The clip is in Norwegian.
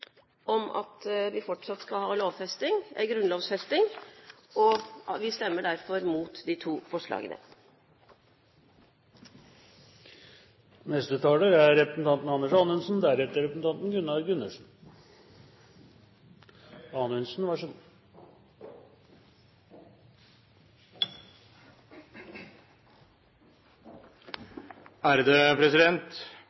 om at vi fortsatt skal ha grunnlovfesting, og vi stemmer derfor mot de to